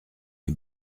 est